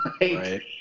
Right